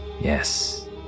Yes